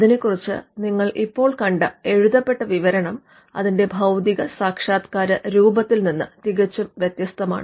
അതിനെ കുറിച്ച് നിങ്ങൾ ഇപ്പോൾ കണ്ട എഴുതപെട്ട വിവരണം അതിന്റെ ഭൌതിക സാക്ഷാത്കാര രൂപത്തിൽ നിന്നും തികച്ചും വ്യത്യസ്തമാണ്